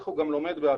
אחר כך הוא לומד בעצמו.